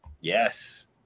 Yes